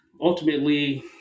ultimately